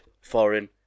foreign